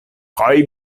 kaj